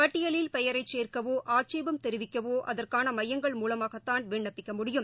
பட்டியலில் பெயரைச் சேர்க்கவோ ஆட்சேபம் தெரிவிக்கவோஅதற்கானமையங்கள் மூலமாகத்தான் விண்ணப்பிக்க முடியும்